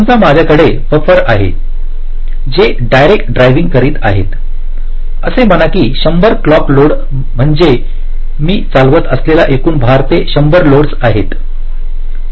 समजा माझ्याकडे बफर आहे जे डायरेक्ट ड्राईव्हिंग करीत आहे असे म्हणा की 100 क्लॉक लोड म्हणजे मी चालवित असलेले एकूण भार ते 100 लोडस आहेत